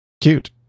Cute